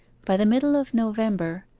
by the middle of november,